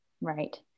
right